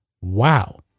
Wow